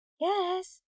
Yes